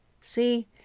See